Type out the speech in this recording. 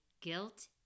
guilt